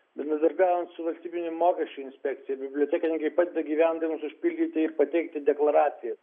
bendradarbiaujant su valstybine mokesčių inspekcija bibliotekininkai padeda gyventojams užpildyti pateikti deklaracijas